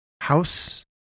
House